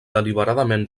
deliberadament